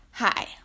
Hi